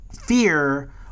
fear